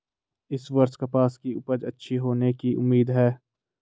इस वर्ष कपास की उपज अच्छी होने की उम्मीद है